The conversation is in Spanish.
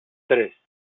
tres